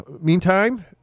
meantime